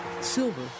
Silver